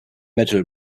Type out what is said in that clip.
metal